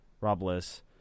Robles